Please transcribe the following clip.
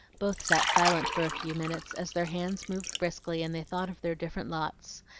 both sat silent for a few minutes, as their hands moved briskly and they thought of their different lots.